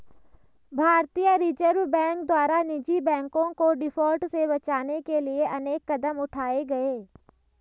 भारतीय reserve bank द्वारा निजी बैंकों को डिफॉल्ट से बचाने के लिए अनेक कदम उठाए गए